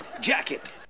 Jacket